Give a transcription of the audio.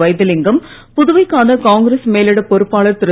வைத்திலிங்கம் புதுவைக்கான காங்கிரஸ் மேலிடப் பொறுப்பாளர் திரு